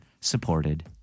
supported